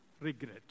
regret